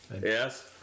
Yes